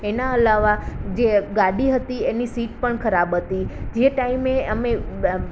એના અલાવા જે ગાડી હતી એની સીટ પણ ખરાબ હતી જે ટાઈમે અમે